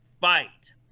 fight